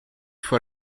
for